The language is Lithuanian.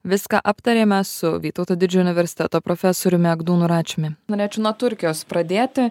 viską aptarėme su vytauto didžiojo universiteto profesoriumi egdūnu račiumi norėčiau nuo turkijos pradėti